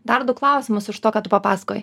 dar du klausimus iš to ką tu papasakojai